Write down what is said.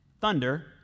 thunder